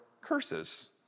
curses